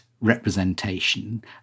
representation